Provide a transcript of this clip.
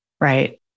Right